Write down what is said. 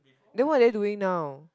then what are they doing now